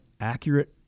accurate